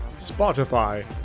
Spotify